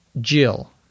Jill